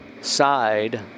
side